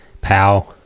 pow